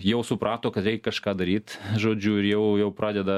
jau suprato kad reik kažką daryt žodžiu ir jau jau pradeda